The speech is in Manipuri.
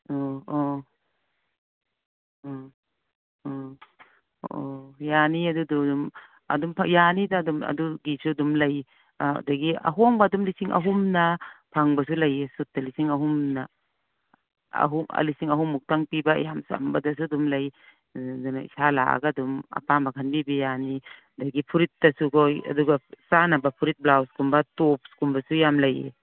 ꯑꯣ ꯑꯣ ꯑ ꯑ ꯑꯣ ꯌꯥꯅꯤ ꯑꯗꯨꯗꯨ ꯑꯗꯨꯝ ꯑꯗꯨꯝ ꯌꯥꯅꯤꯗ ꯑꯗꯨꯝ ꯑꯗꯨꯒꯤꯁꯨ ꯑꯗꯨꯝ ꯂꯩ ꯑꯗꯒꯤ ꯑꯍꯣꯡꯕ ꯑꯗꯨꯝ ꯂꯤꯁꯤꯡ ꯑꯍꯨꯝꯅ ꯐꯪꯕꯁꯨ ꯂꯩꯌꯦ ꯁꯨꯠꯇ ꯂꯤꯁꯤꯡ ꯑꯍꯨꯝꯗ ꯂꯤꯁꯤꯡ ꯑꯍꯨꯝꯃꯨꯛꯇꯪ ꯄꯤꯕ ꯌꯥꯝ ꯆꯝꯕꯗꯁꯨ ꯑꯗꯨꯝ ꯂꯩ ꯑꯗꯨꯅ ꯏꯁꯥ ꯂꯥꯛꯑꯒ ꯑꯗꯨꯝ ꯑꯄꯥꯝꯕ ꯈꯟꯕꯤꯕ ꯌꯥꯅꯤ ꯑꯗꯒꯤ ꯐꯨꯔꯤꯠꯇꯁꯨꯀꯣ ꯑꯗꯨꯒ ꯆꯥꯅꯕ ꯐꯨꯔꯤꯠ ꯕ꯭ꯂꯥꯎꯁꯀꯨꯝꯕ ꯇꯣꯞꯁꯀꯨꯝꯕꯁꯨ ꯌꯥꯝ ꯂꯩꯌꯦ